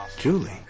Julie